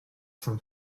from